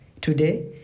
Today